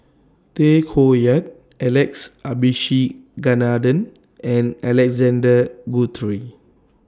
Tay Koh Yat Alex Abisheganaden and Alexander Guthrie